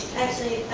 actually,